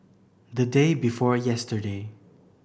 the day before yesterday